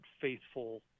faithful